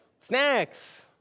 snacks